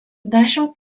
dešimt